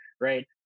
right